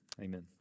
amen